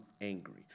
angry